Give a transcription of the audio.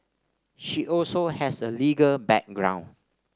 she also has a legal background